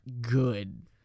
good